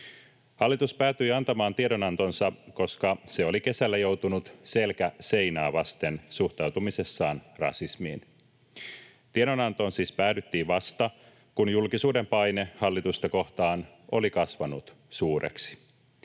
Hallitus päätyi antamaan tiedonantonsa, koska se oli kesällä joutunut selkä seinää vasten suhtautumisessaan rasismiin. Tiedonantoon siis päädyttiin vasta, kun julkisuuden paine hallitusta kohtaan oli kasvanut suureksi.